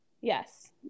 Yes